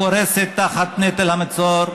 הקורסת תחת נטל המצור.